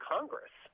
Congress